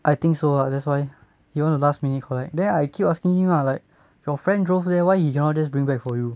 I think so lah that's why he want to last minute collect then I keep asking him lah like your friend drove leh why he cannot just bring back for you